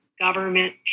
government